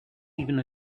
even